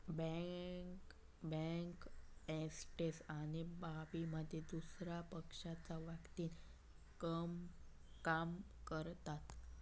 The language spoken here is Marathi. बँक एजंट आर्थिक बाबींमध्ये दुसया पक्षाच्या वतीनं काम करतत